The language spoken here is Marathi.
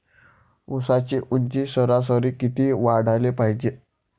ऊसाची ऊंची सरासरी किती वाढाले पायजे?